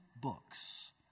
books